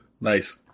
Nice